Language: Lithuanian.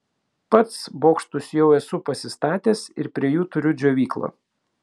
pats bokštus jau esu pasistatęs ir prie jų turiu džiovyklą